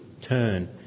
turn